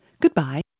Goodbye